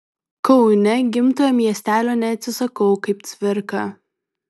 kaune gimtojo miestelio neatsisakau kaip cvirka